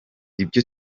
ibyo